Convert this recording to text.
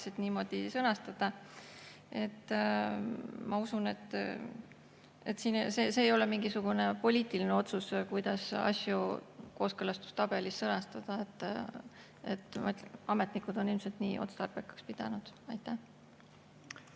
niimoodi sõnastada. Ma usun, et see ei ole mingisugune poliitiline otsus, kuidas asju kooskõlastustabelis sõnastada. Ametnikud on ilmselt nii otstarbekaks pidanud. Aitäh!